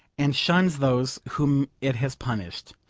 and shuns those whom it has punished,